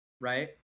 Right